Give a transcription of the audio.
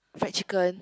fried chicken